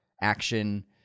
action